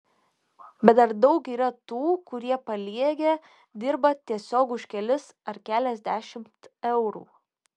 bet dar daug yra tų kurie paliegę dirba tiesiog už kelis ar keliasdešimt eurų